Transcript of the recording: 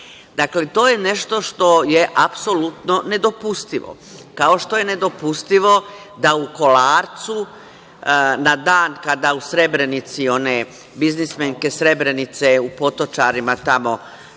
niste. To je nešto što je apsolutno nedopustivo, kao što je nedopustivo da u Kolarcu na dan kada u Srebrenici one biznismenke Srebrenice u Potočarima tamo